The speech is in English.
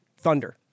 thunder